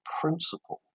principle